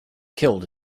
killed